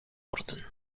worden